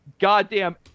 goddamn